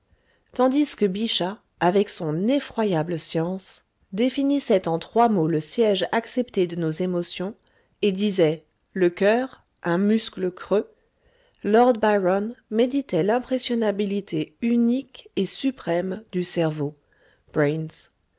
tandis que bichat avec son effroyable science définissait en trois mots le siège accepté de nos émotions et disait le coeur un muscle creux lord byron méditait l'impressionnabilité unique et suprême du cerveau